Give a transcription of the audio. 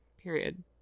Period